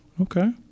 okay